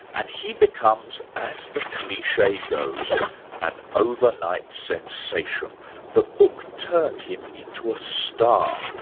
and he becomes as the cliche goes an overnight sensation the book turned him into a star.